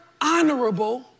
honorable